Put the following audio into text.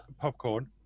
popcorn